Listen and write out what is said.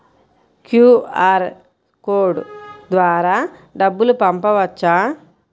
QR code ద్వారా డబ్బులు పంపవచ్చా?